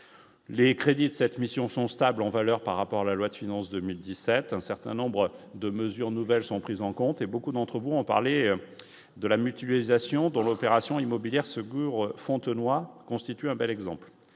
les crédits de cette mission sont stables en valeur par rapport à la loi de finances 2017, un certain nombre de mesures nouvelles sont prises en compte et beaucoup d'entre vous ont parlé de la mutualisation dans l'opération immobilière se goure Fontenoy constitue un bel exemple